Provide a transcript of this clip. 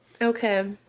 Okay